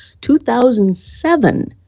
2007